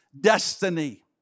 destiny